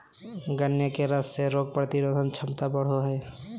गन्ने के रस से रोग प्रतिरोधक क्षमता बढ़ो हइ